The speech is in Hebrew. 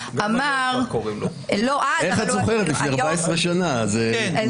אמר שראש ממשלה ששקוע